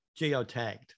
geotagged